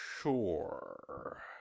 Sure